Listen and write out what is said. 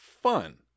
fun